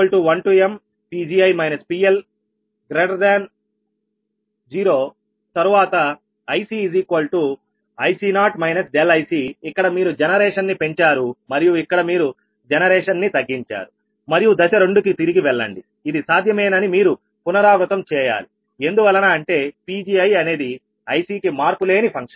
i1mPgi PL0తర్వాత ICIC0 ICఇక్కడ మీరు జనరేషన్ ని పెంచారు మరియు ఇక్కడ మీరు జనరేషన్ ని తగ్గించారు మరియు దశ 2 కి తిరిగి వెళ్ళండి ఇది సాధ్యమేనని మీరు పునరావృతం చేయాలి ఎందువలన అంటే Pgiఅనేది ICకి మార్పులేని ఫంక్షన్